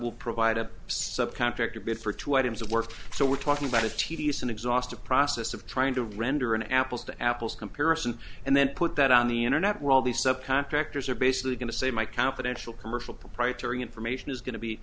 will provide a subcontractor bid for two items of worth so we're talking about a tedious and exhaustive process of trying to render an apples to apples comparison and then put that on the internet where all the subcontractors are basically going to say my confidential commercial proprietary information is going to be